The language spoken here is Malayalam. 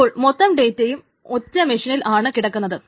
അപ്പോൾ മൊത്തം ഡേറ്റയും ഒറ്റ മെഷീനിൽ ആണ് കിടക്കുന്നത്